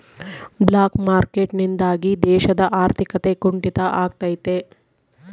block market ನಿಂದಾಗಿ ದೇಶದ ಆರ್ಥಿಕತೆ ಕುಂಟಿತ ಆಗ್ತೈತೆ